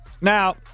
Now